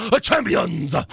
champions